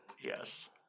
Yes